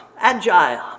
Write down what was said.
agile